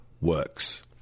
works